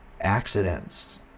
accidents